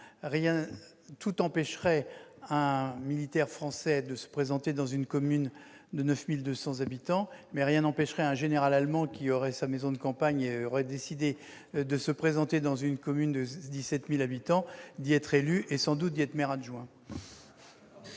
tout empêcherait un militaire français de se présenter dans une commune de 9 200 habitants, mais rien n'empêcherait un général allemand disposant d'une maison de campagne en France de se porter candidat dans une commune de 17 000 habitants, d'y être élu et, sans doute, d'en devenir le maire adjoint.